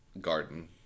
garden